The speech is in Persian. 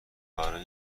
برای